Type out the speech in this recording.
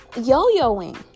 yo-yoing